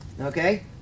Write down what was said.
Okay